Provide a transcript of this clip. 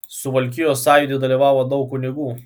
suvalkijos sąjūdy dalyvavo daug kunigų